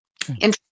Interesting